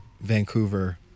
Vancouver